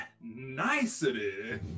Nicety